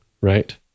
right